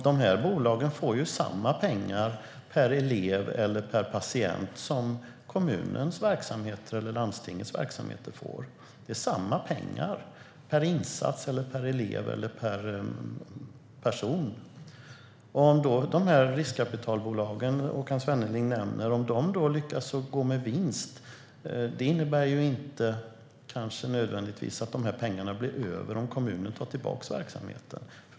Dessa bolag får ju samma pengar per elev eller per patient som kommunens eller landstingets verksamhet får. Det är samma pengar per insats, per elev eller per person. Om de riskkapitalbolag som Håkan Svenneling nämner lyckas att gå med vinst innebär det inte nödvändigtvis att pengarna blir över om kommunen tar tillbaka verksamheten.